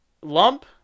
lump